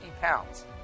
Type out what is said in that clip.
pounds